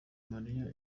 mariya